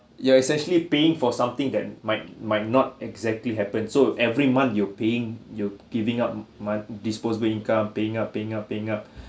you are essentially paying for something that might might not exactly happened so every month you paying you giving up month disposable income paying up paying up paying up